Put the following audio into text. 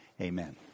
Amen